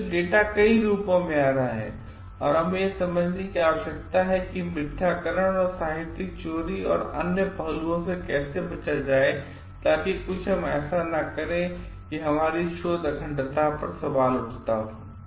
इसलिए डेटा कईरूपोंमें आ रहा हैऔर हमें यह समझने की आवश्यकता है कि मिथ्याकरण और साहित्यिक चोरी और अन्य पहलुओं से कैसे बचा जाए ताकि हम कुछ ऐसा न करें जो हमारी शोध अखंडता पर सवाल उठाता हो